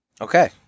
Okay